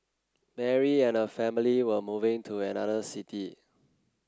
Mary and her family were moving to another city